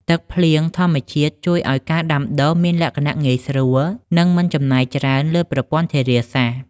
ទឹកភ្លៀងធម្មជាតិជួយឱ្យការដាំដុះមានលក្ខណៈងាយស្រួល និងមិនចំណាយច្រើនលើប្រព័ន្ធធារាសាស្ត្រ។